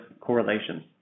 correlations